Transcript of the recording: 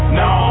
no